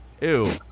Ew